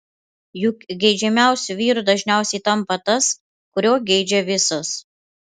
juk geidžiamiausiu vyru dažniausiai tampa tas kurio geidžia visos